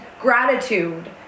gratitude